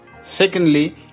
Secondly